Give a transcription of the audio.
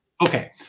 Okay